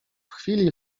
chwili